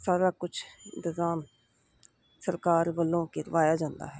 ਸਾਰਾ ਕੁਝ ਇੰਤਜ਼ਾਮ ਸਰਕਾਰ ਵੱਲੋਂ ਕਰਵਾਇਆ ਜਾਂਦਾ ਹੈ